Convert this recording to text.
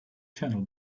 channel